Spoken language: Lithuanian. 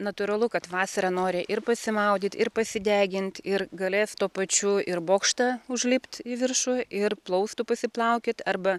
natūralu kad vasarą nori ir pasimaudyt ir pasidegint ir galės tuo pačiu ir bokštą užlipt į viršų ir plaustu pasiplaukiot arba